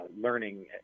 learning